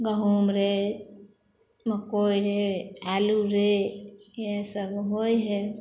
गहूम रे मकइ रे आलू रे इएहसब होइ हइ